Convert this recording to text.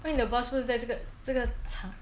因为你的 boss 不是在这个这个茶